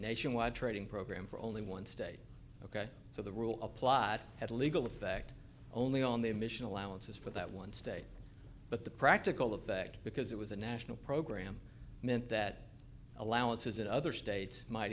nationwide training program for only one state ok so the rule of plot had legal effect only on the emission allowances for that one state but the practical effect because it was a national program meant that allowances and other states might